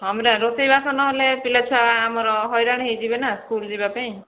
ହଁ ପରା ରୋଷେଇବାସ ନହେଲେ ପିଲା ଛୁଆ ଆମର ହଇରାଣ ହୋଇଯିବେ ନା ସ୍କୁଲ୍ ଯିବା ପାଇଁ